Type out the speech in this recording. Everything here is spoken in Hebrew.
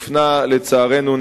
לצערנו,